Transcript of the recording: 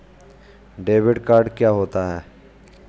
Debit card क्या होता है?